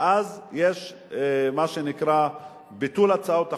ואז יש מה שנקרא ביטול הצעת חוק,